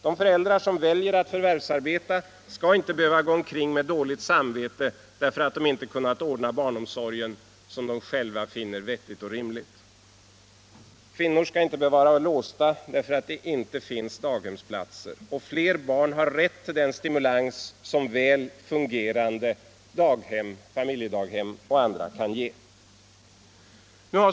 De föräldrar som väljer att förvärvsarbeta skall inte behöva gå omkring med dåligt samvete därför att de inte har kunnat ordna barnomsorgen såsom de själva finner vettigt och rimligt. Kvinnor skall inte behöva vara låsta därför att det inte finns daghemsplatser. Och fler barn har rätt till den stimulans som väl fungerande daghem — familjedaghem och andra — kan ge.